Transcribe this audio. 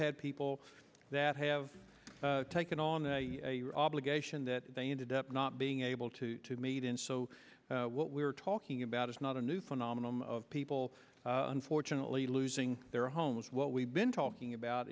had people that have taken on the obligation that they ended up not being able to meet in so what we're talking about is not a new phenomenon of people unfortunately losing their homes what we've been talking about